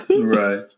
Right